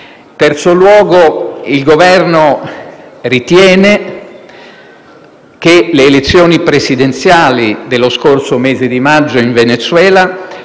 terzo luogo, il Governo ritiene che le elezioni presidenziali dello scorso mese di maggio in Venezuela